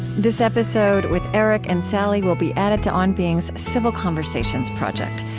this episode with erick and sally will be added to on being's civil conversations project,